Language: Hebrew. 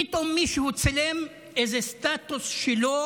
פתאום מישהו צילם איזה סטטוס שלו